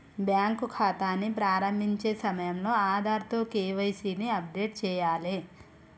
bank ఖాతాని ప్రారంభించే సమయంలో ఆధార్తో కేవైసీ ని అప్డేట్ చేయాలే